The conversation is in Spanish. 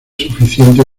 suficiente